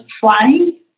flying